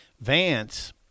Vance